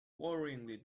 worryingly